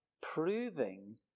proving